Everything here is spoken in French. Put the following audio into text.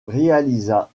réalisa